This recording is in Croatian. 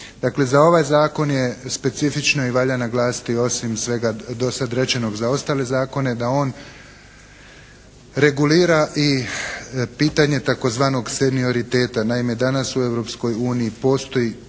Dakle, za ovaj zakon je specifično i valja naglasiti osim svega dosad rečeno za ostale zakona, da on regulira i pitanje tzv. senioriteta. Naime, danas u Europskoj